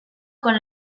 con